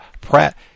Pratt